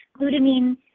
Glutamine